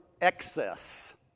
excess